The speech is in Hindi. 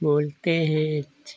बोलती हैं अच्छी